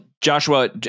Joshua